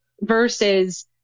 versus